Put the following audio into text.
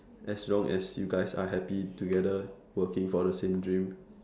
as long as you guys are happy together working for the same dream